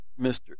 Mr